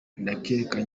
ndakeka